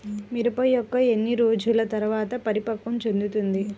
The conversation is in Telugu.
మిరప మొక్క ఎన్ని రోజుల తర్వాత పరిపక్వం చెందుతుంది?